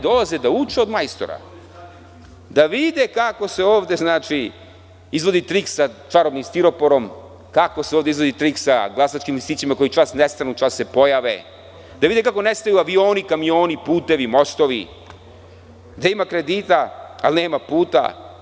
Dolaze da uče od majstora, da vide kako se izvodi trik sa čarobnim stiroporom, sa glasačkim listićima koji čas nestanu, čas se pojave, da vide kako nestaju avioni, kamioni, putevi, mostovi, da ima kredita ali nema puta.